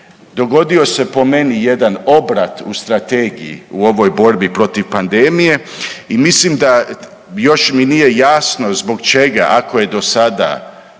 dogodio se po meni jedan obrat u strategiji u ovoj borbi pandemije i mislim da još mi nije jasno zbog čega ako je do sada